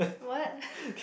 what